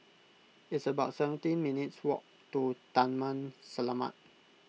it's about seventeen minutes' walk to Taman Selamat